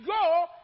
go